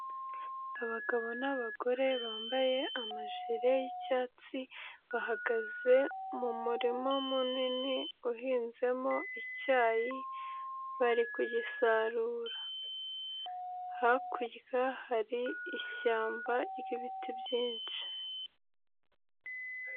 Abagabo n'abagore bambaye amajere y'icyatsi, bahagaze mu murima munini uhinzemo icyayi bari kugisarura. Hakurya hari ishyamba ry'ibiti byinshi.